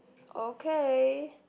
okay